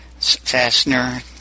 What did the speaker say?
fastener